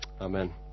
Amen